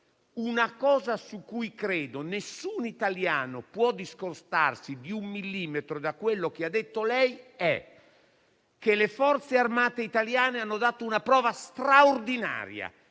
una cosa su cui credo nessun italiano possa discostarsi di un millimetro da quello che ha detto è che le Forze armate italiane hanno dato una prova straordinaria